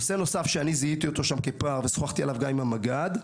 נושא נוסף שזיהיתי כפער ושוחחתי עליו עם המג"ד,